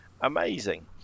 amazing